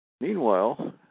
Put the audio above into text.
Meanwhile